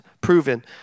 proven